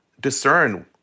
discern